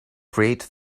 create